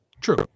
True